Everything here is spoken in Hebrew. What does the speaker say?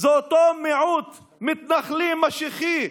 זה אותו מיעוט מתנחלי משיחי,